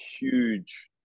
huge